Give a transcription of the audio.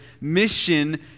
mission